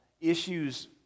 issues